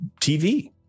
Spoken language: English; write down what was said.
tv